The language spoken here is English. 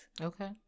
Okay